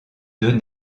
deux